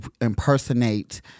impersonate